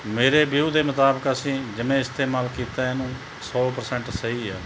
ਮੇਰੇ ਵਿਊ ਦੇ ਮੁਤਾਬਕ ਅਸੀਂ ਜਿਵੇਂ ਇਸਤੇਮਾਲ ਕੀਤਾ ਇਹਨੂੰ ਸੌ ਪਰਸੈਂਟ ਸਹੀ ਹੈ